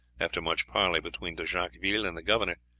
after much parley between de jacqueville and the governor,